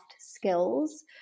skills